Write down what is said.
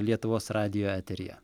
lietuvos radijo eteryje